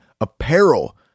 apparel